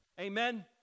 Amen